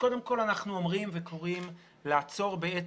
קודם כל אנחנו אומרים וקוראים לעצור את